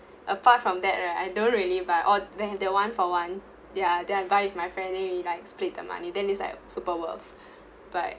apart from that right I don't really buy oh tha~ that one for one ya then I buy with my friend then we like split the money then it's like super worth but